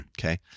Okay